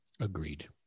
Agreed